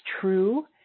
true